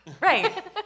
Right